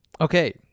Okay